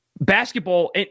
Basketball